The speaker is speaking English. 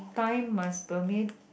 time must permit